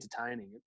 entertaining